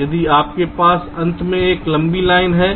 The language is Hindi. यदि हमारे पास अंत में एक लंबी लाइन है